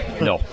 No